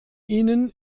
ihnen